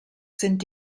sind